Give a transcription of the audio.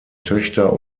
töchter